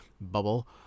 bubble